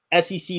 SEC